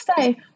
say